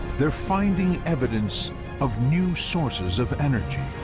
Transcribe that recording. they're finding evidence of new sources of energy,